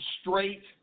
straight